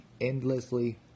endlessly